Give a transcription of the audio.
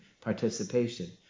participation